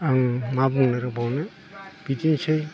आं मा बुंनो रोंबावनो बिदिनोसै